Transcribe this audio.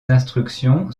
instructions